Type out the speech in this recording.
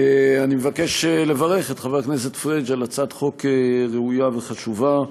אני מבקש לברך את חבר הכנסת פריג' על הצעת חוק ראויה וחשובה.